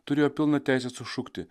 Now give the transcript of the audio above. turėjo pilną teisę sušukti